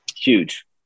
Huge